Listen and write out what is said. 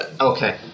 Okay